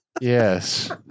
Yes